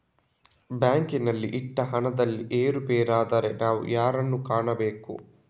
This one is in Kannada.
ಬ್ಯಾಂಕಿನಲ್ಲಿ ಇಟ್ಟ ಹಣದಲ್ಲಿ ಏರುಪೇರಾದರೆ ನಾವು ಯಾರನ್ನು ಕಾಣಬೇಕು?